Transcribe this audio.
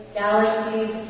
galaxies